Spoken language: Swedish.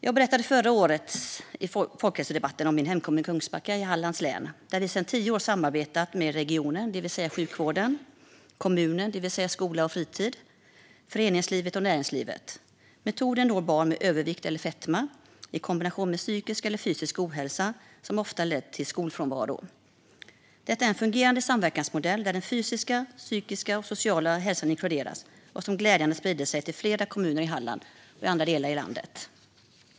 Jag berättade i förra årets folkhälsodebatt om min hemkommun Kungsbacka i Hallands län, där vi sedan tio år har ett samarbete mellan regionen, det vill säga sjukvården, kommunen, det vill säga skola och fritid, föreningslivet och näringslivet. Metoden når barn med övervikt eller fetma i kombination med psykisk eller fysiska ohälsa, något som ofta lett till skolfrånvaro. Detta är en fungerande samverkansmodell där den fysiska, psykiska och sociala hälsan inkluderas och som glädjande nog spridit sig till flera kommuner i Halland och andra delar av landet.